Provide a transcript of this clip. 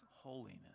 holiness